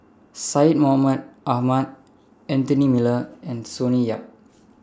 Syed Mohamed Ahmed Anthony Miller and Sonny Yap